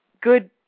good